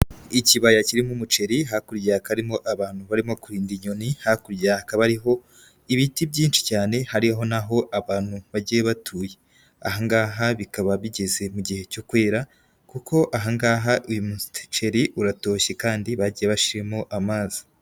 Ikibaya kirimo umuceri hakurya harimo abantu barimo kurinda inyoni, hakurya hakaba hariho ibiti byinshi cyane hariho naho abantu bagiye batuye, aha ngaha bikaba bigeze mu gihe cyo kwera, kuko aha ngaha uyu muceri uratoshye kandi bagiye bashiramo amazi.